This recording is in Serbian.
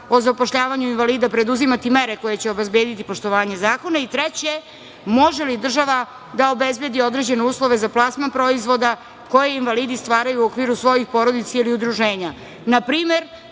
o zapošljavanju invalida preduzimati mere koje će obezbediti poštovanje zakona? Treće, može li država da obezbedi određene uslove za plasman proizvoda koje invalidi stvaraju u okviru svojih porodica ili udruženja?